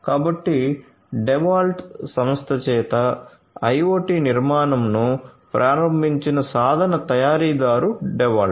కాబట్టి డెవాల్ట్ సంస్థ చేత IoT నిర్మాణoను ప్రారంభించిన సాధన తయారీదారు డెవాల్ట్